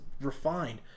refined